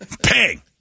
Bang